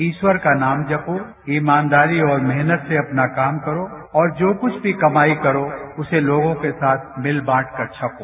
ईश्वर का नाम जपो ईमानदारी और मेहनत से अपना काम करो और जो कुछ भी कमाई करो उसे लोगों के साथ मिल बांटकर छको